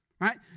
right